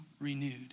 renewed